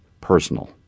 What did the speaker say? personal